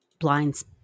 blinds